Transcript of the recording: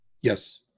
Yes